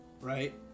right